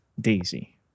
Daisy